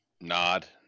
nod